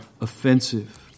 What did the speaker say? offensive